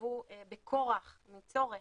ישבו בכורח, מצורך,